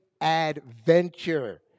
adventure